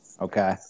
Okay